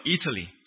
Italy